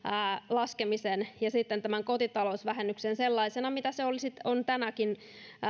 laskemisen ja sitten tämän kotitalousvähennyksen sellaisena kuin se on tänäkin